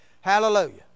Hallelujah